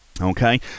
Okay